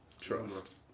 Trust